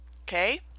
Okay